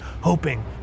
hoping